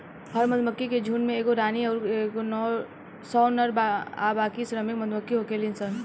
हर मधुमक्खी के झुण्ड में एगो रानी अउर कई सौ नर आ बाकी श्रमिक मधुमक्खी होखेली सन